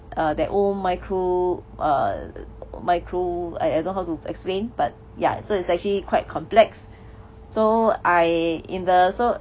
err their own micro err micro I I don't know how to explain but ya so it's actually quite complex so I in the so